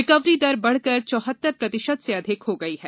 recovery दर बढ़कर चौहत्तर प्रतिशत से अधिक हो गई है